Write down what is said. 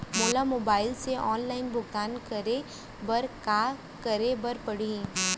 मोला मोबाइल से ऑनलाइन भुगतान करे बर का करे बर पड़ही?